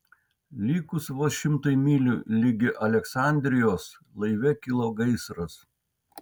likus vos šimtui mylių ligi aleksandrijos laive kilo gaisras